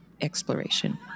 exploration